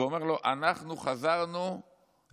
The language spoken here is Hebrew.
ואומר לו: אנחנו חזרנו ל-2002.